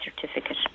certificate